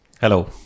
Hello